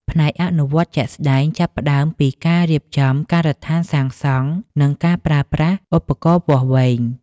ផ្នែកអនុវត្តជាក់ស្តែងចាប់ផ្តើមពីការរៀបចំការដ្ឋានសាងសង់និងការប្រើប្រាស់ឧបករណ៍វាស់វែង។